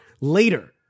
later